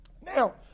Now